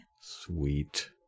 sweet